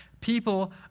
people